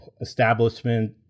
establishment